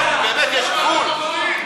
צריך לשים סוף לצביעות הזאת.